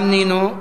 גם נינו.